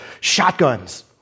shotguns